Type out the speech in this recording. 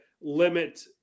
limit